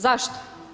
Zašto?